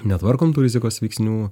netvarkom tų rizikos veiksnių